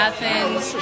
Athens